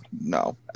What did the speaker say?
No